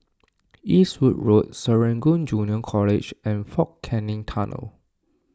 Eastwood Road Serangoon Junior College and fort Canning Tunnel